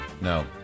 no